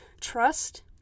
Trust